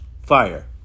Fire